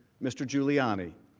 mister giuliani.